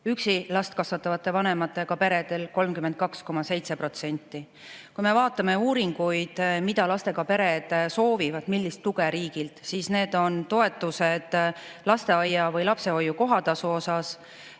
üksi last kasvatavate vanemate peredel 32,7%. Kui me vaatame uuringuid, mida lastega pered soovivad, millist tuge riigilt, siis need on toetused lasteaia või lapsehoiu kohatasu osas,